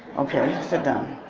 okay, sit down.